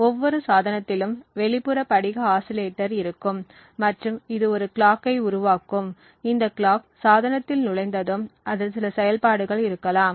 ஒவ்வொரு சாதனத்திலும் வெளிப்புற படிக ஆஸிலேட்டர் இருக்கும் மற்றும் இது ஒரு கிளாக்கை உருவாக்கும் இந்த கிளாக் சாதனத்தில் நுழைந்ததும் அதில் சில செயல்பாடுகள் இருக்கலாம்